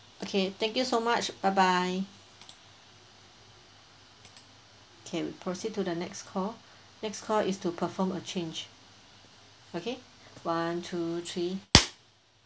okay thank you so much bye bye okay we eproceed to the next call next call is to perform a change okay one two three